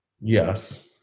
Yes